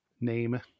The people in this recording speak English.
name